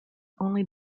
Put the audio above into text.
only